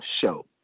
show